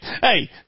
hey